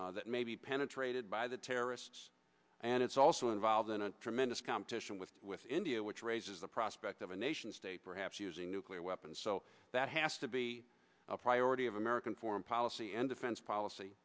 instability that may be penetrated by the terrorists and it's also involved in a tremendous competition with with india which raises the prospect of a nation state perhaps using nuclear weapons so that has to be a priority of american foreign policy and defense policy